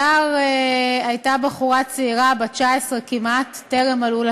הדר הייתה בחורה צעירה בת 19 כמעט, טרם מלאו לה